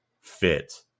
fit